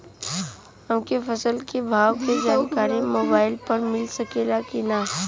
हमके फसल के भाव के जानकारी मोबाइल पर मिल सकेला की ना?